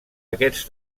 aquests